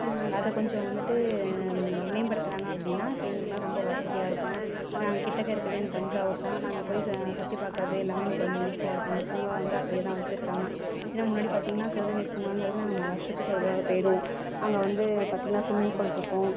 அதை கொஞ்சம் வந்துட்டு மேம்படுத்துனாங்க அப்படின்னா இப்போ எங்களுக்கெலாம் ரொம்ப வசதியாக இருக்கும் ஏனால் நாங்கள் கிட்டக்க இருக்கிறது எங்களுக்கு தஞ்சாவூர் தான் நாங்கள் போய் சுற்றி பார்க்கறது எல்லாமே எங்களுக்கு ரொம்ப ஈஸியாக இருக்கும் அந்த பூங்கா வந்து அப்படியே தான் வச்சுருக்காங்க ஏனால் முன்னாடி பார்த்திங்கனா சிவகங்கை பூங்காங்கிறது நாங்கள் ம வருஷத்துக்கு ஒரு தடவை போயிடுவோம் அங்கே வந்து பார்த்திங்னா ஸ்விம்மிங் ஃபூலிருக்கும்